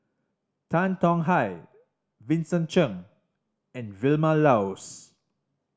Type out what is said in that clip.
Tan Tong Hye Vincent Cheng and Vilma Laus